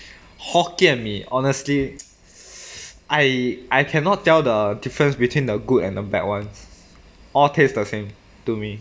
hokkien mee honestly I I cannot tell the difference between the good and the bad [ones] all tastes the same to me